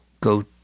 go